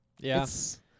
Yes